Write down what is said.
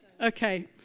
Okay